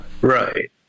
right